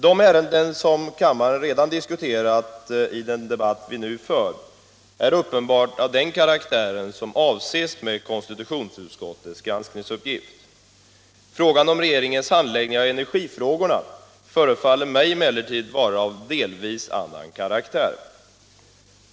De ärenden som kammaren redan diskuterat i den debatt vi nu för är uppenbart av den karaktär som avses med konstitutionsutskottets granskningsuppgift. Frågan om regeringens handläggning av energifrågorna förefaller mig emellertid vara av delvis annan karaktär.